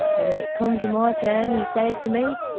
and when it come to my turn, e says to me,